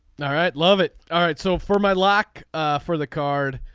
all right. love it. all right. so for my lock for the card.